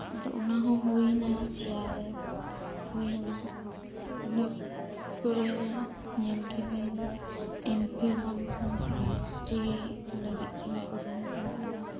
ᱟᱫᱚ ᱚᱱᱟ ᱦᱚᱸ ᱦᱩᱭᱱᱟ ᱡᱮ ᱟᱨ ᱮᱯᱷ ᱦᱩᱭᱱᱟ ᱤᱱᱟᱹ ᱯᱚᱨᱮ ᱧᱮᱞ ᱠᱤᱫᱟᱹᱧ ᱮᱢ ᱯᱷᱤᱞ ᱵᱟᱝᱠᱷᱟᱱ ᱯᱤ ᱮᱭᱤᱪ ᱰᱤ ᱞᱟᱜᱤᱫ ᱛᱮᱧ ᱠᱩᱨᱩ ᱢᱩᱴᱩᱭ ᱫᱟ